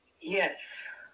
Yes